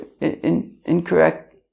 Incorrect